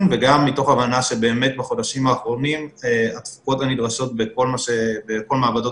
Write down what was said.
וגם מתוך הבנה שבאמת בחודשים האחרונים התפוקות הנדרשות בכל מעבדות